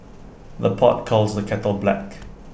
the pot calls the kettle black